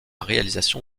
réalisation